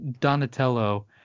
Donatello